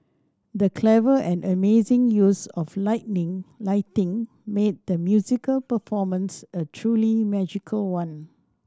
the clever and amazing use of lightning lighting made the musical performance a truly magical one